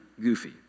goofy